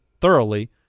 thoroughly